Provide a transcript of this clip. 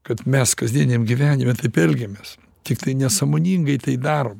kad mes kasdieniam gyvenime taip elgiamės tiktai nesąmoningai tai darom